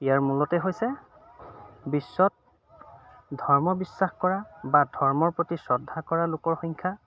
ইয়াৰ মূলতে হৈছে বিশ্বত ধৰ্ম বিশ্বাস কৰা বা ধৰ্মৰ প্ৰতি শ্ৰদ্ধা কৰা লোকৰ সংখ্যা